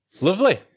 Lovely